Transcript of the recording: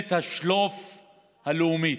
"ממשלת השלוף הלאומית",